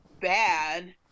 bad